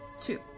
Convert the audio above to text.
two